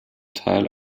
teil